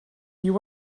you